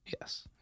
Yes